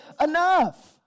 enough